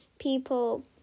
People